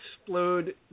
explode